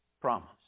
promise